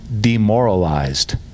demoralized